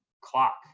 clock